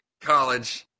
college